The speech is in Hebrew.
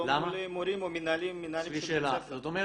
זאת אומרת,